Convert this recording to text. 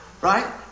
Right